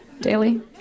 daily